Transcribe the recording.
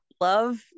love